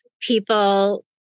people